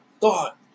thought